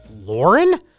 Lauren